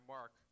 Mark